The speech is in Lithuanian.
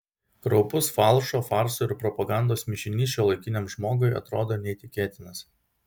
kraupus falšo farso ir propagandos mišinys šiuolaikiniam žmogui atrodo neįtikėtinas